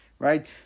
Right